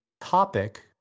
topic